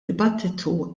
dibattitu